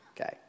Okay